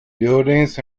buildings